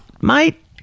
Mate